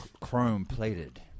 chrome-plated